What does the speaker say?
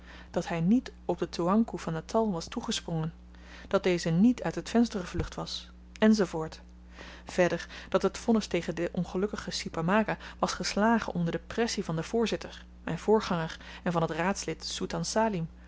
dat hy niet op den toeankoe van natal was toegesprongen dat deze niet uit het venster gevlucht was en zoo voort verder dat het vonnis tegen den ongelukkigen si pamaga was geslagen onder de pressie van den voorzitter myn voorganger en van t raadslid